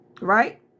right